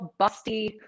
busty